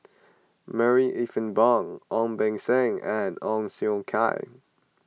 Marie Ethel Bong Ong Beng Seng and Ong Siong Kai